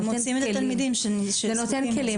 הם מוציאים את הילדים שזקוקים לזה.